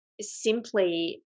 simply